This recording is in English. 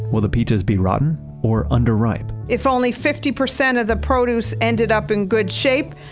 will the peaches be rotten or under-ripe? if only fifty percent of the produce ended up in good shape,